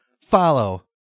Follow